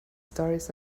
stories